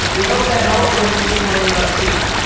we hope that helped and didn't bum you out too much